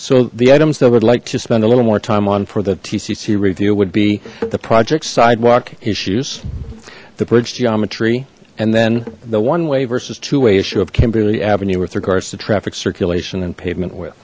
so the items that would like to spend a little more time on for the tcc review would be the project sidewalk issues the bridge geometry and then the one way versus two way issue of kimberly avenue with regards to traffic circulation and pavement width